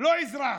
לא אזרח.